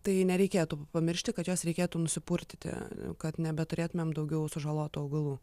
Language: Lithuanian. tai nereikėtų pamiršti kad juos reikėtų nusipurtyti kad nebeturėtumėm daugiau sužalotų augalų